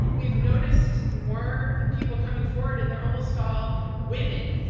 we've noticed more people coming forward, and they're almost all women.